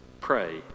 pray